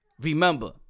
Remember